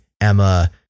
Emma